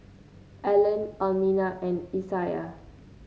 Allen Almina and Isiah